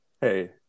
Hey